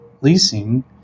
leasing